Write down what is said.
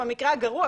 במקרה הגרוע,